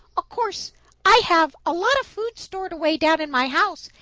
of course i have a lot of food stored away down in my house,